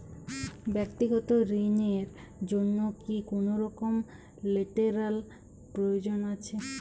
ব্যাক্তিগত ঋণ র জন্য কি কোনরকম লেটেরাল প্রয়োজন আছে?